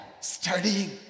studying